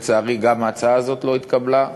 לצערי, גם ההצעה הזאת לא התקבלה.